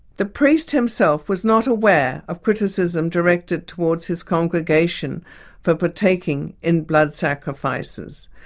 the priest himself was not aware of criticism directed towards his congregation for partaking in blood sacrifices,